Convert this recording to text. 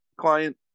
client